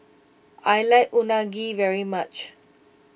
I like Unagi very much